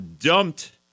dumped